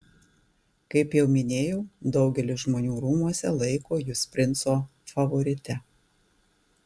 kaip jau minėjau daugelis žmonių rūmuose laiko jus princo favorite